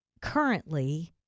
currently